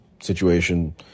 situation